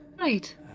Right